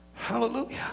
Hallelujah